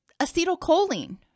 Acetylcholine